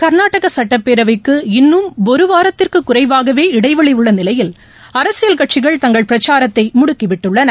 கா்நாடக சுட்டப்பேரவைக்கு இன்னும் ஒரு வாரத்திற்கு குறைவாகவே இடைவெளி உள்ள நிலையில் அரசியல் கட்சிகள் தங்கள் பிரச்சாரத்தை முடுக்கி விட்டுள்ளன